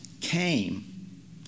came